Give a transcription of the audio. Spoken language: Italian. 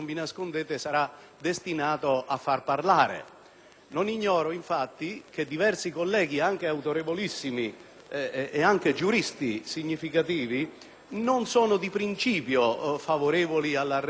Non ignoro infatti che diversi colleghi, anche autorevolissimi giuristi, non sono di principio favorevoli alla reintroduzione di questo reato di oltraggio,